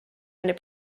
under